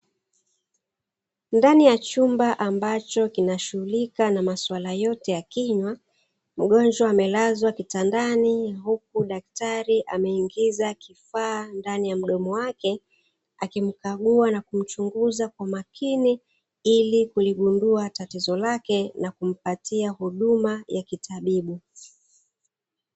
Ndani ya chumba ambacho kinashughulika na masuala yote ya kinywa, mgonjwa amelazwa kitandani huku daktari ameingiza kifaa ndani ya mdomo wake, akimkagua na kumchunguza kwa makini ili kuligundua tatizo lake na kumpatia huduma ya kitabibu.